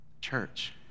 Church